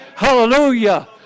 Hallelujah